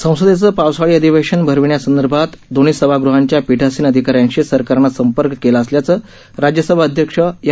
संसदेचं पावसाळी अधिवेशन भरविण्यासंदर्भात दोन्ही सभागृहांच्या पीठासीन अधिकाऱ्यांशी सरकारनं संपर्क केला असल्याचं राज्यसभा अध्यक्ष एम